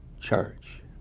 church